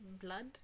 Blood